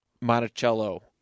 monticello